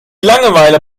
langeweile